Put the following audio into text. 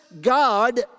God